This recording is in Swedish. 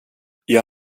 jag